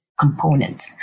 Component